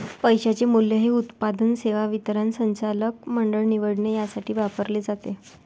पैशाचे मूल्य हे उत्पादन, सेवा वितरण, संचालक मंडळ निवडणे यासाठी वापरले जाते